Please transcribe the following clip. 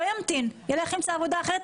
לא ימתין, ילך וימצא עבודה אחרת.